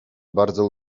bardzo